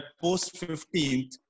post-15th